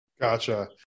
Gotcha